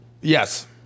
Yes